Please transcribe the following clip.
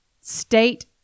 state